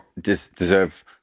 deserve